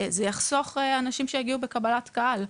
זה יחסוך אנשים שיגיעו בקבלת קהל.